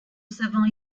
savant